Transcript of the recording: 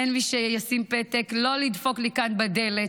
אין מי שישים פתק: לא לדפוק לי כאן בדלת.